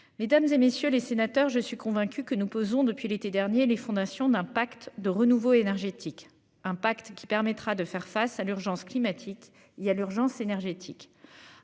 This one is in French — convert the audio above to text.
Mesdames, et messieurs les sénateurs. Je suis convaincue que nous posons depuis l'été dernier les fondations d'un pacte de renouveau énergétique un pacte qui permettra de faire face à l'urgence climatique. Il y a l'urgence énergétique.